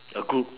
a group